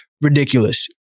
ridiculous